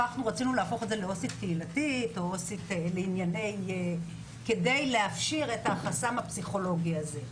רצינו להפוך את זה לעו"סית קהילתית כדי להפשיר את החסם הפסיכולוגי הזה.